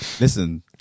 listen